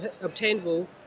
obtainable